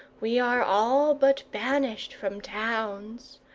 we are all but banished from towns.